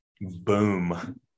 Boom